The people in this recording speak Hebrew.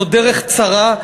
זאת דרך צרה,